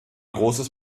großes